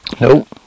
Nope